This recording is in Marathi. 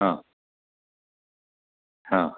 हां हां